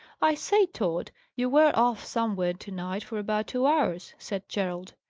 i say, tod, you were off somewhere to-night for about two hours, said gerald.